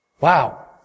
Wow